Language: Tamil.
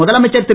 முதலமைச்சர் திரு